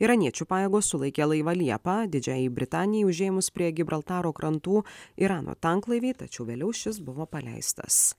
iraniečių pajėgos sulaikė laivą liepą didžiajai britanijai užėmus prie gibraltaro krantų irano tanklaivį tačiau vėliau šis buvo paleistas